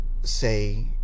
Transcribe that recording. say